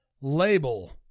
Label